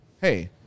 hey